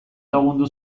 lagundu